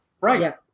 Right